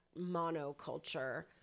monoculture